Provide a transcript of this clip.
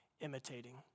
imitating